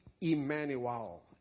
Emmanuel